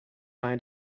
mind